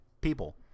people